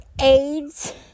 AIDS